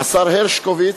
לשר הרשקוביץ,